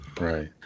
Right